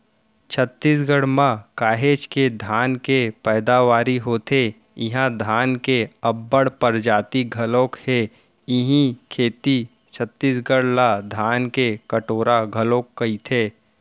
छत्तीसगढ़ म काहेच के धान के पैदावारी होथे इहां धान के अब्बड़ परजाति घलौ हे इहीं सेती छत्तीसगढ़ ला धान के कटोरा घलोक कइथें